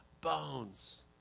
bones